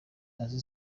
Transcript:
azi